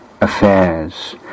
affairs